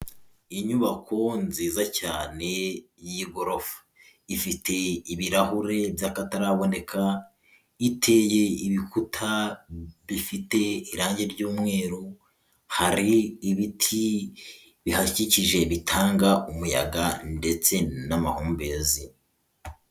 Inyubako nziza cyane y'igorofa ifite ibirahure by'akataraboneka, iteye ibikuta bifite irangi ry'umweru, hari ibiti bihakikije bitanga umuyaga ndetse n'amahumbezi.